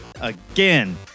Again